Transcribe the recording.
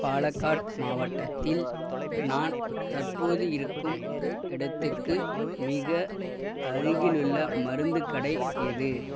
பாலகாட் மாவட்டத்தில் நான் தற்போது இருக்கும் இடத்துக்கு மிக அருகிலுள்ள மருந்து கடை எது